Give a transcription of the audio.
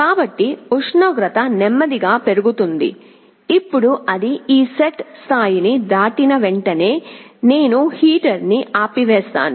కాబట్టి ఉష్ణోగ్రత నెమ్మదిగా పెరుగుతుంది ఇప్పుడు అది ఈ సెట్ స్థాయిని దాటిన వెంటనే నేను హీటర్ను ఆపివేస్తాను